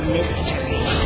Mystery